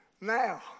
Now